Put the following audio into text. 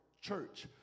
church